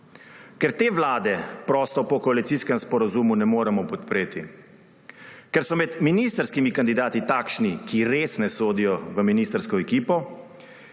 Ker te vlade prosto po koalicijskem sporazumu ne moremo podpreti, ker so med ministrskimi kandidati takšni, ki res ne sodijo v ministrsko ekipo,